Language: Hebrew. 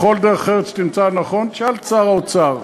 בכל דרך אחרת שתמצא לנכון תשאל את שר האוצר.